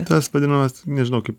tas vadinamas nežinau kaip